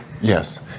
Yes